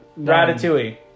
Ratatouille